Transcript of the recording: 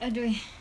adoi